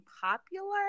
popular